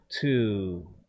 two